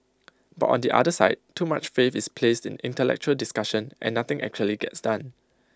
but on the other side too much faith is placed in intellectual discussion and nothing actually gets done